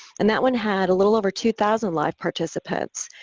and that one had a little over two thousand live participants.